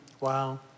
Wow